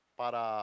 para